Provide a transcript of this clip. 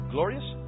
Glorious